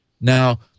Now